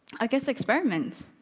i guess experiments.